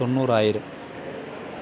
തൊണ്ണൂറായിരം